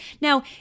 Now